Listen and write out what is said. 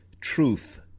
truth